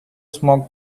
smoke